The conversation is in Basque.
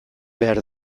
behar